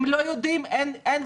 הם לא יודעים, אין ודאות.